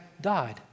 died